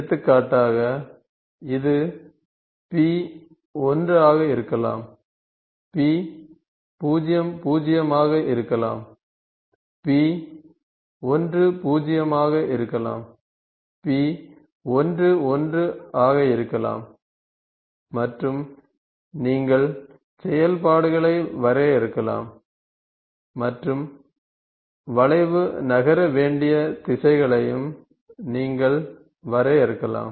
எடுத்துக்காட்டாக இது P1 ஆக இருக்கலாம் P00 ஆக இருக்கலாம் P10 ஆக இருக்கலாம் P11 ஆக இருக்கலாம் மற்றும் நீங்கள் செயல்பாடுகளை வரையறுக்கலாம் மற்றும் வளைவு நகர வேண்டிய திசைகளையும் நீங்கள் வரையறுக்கலாம்